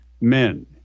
men